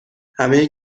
همه